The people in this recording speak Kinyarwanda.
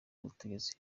butegetsi